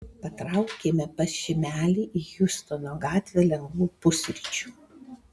patraukėme pas šimelį į hjustono gatvę lengvų pusryčių